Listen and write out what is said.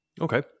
Okay